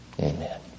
Amen